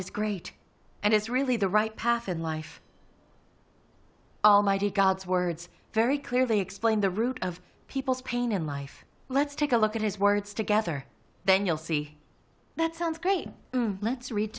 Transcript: is great and is really the right path in life almighty god's words very clearly explain the root of people's pain in life let's take a look at his words together then you'll see that sounds great let's read